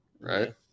Right